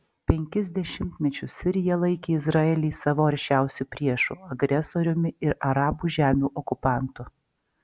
penkis dešimtmečius sirija laikė izraelį savo aršiausiu priešu agresoriumi ir arabų žemių okupantu